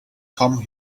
come